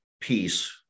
peace